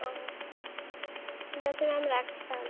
ও ঠিক আছে ম্যাম রাখছি তাহলে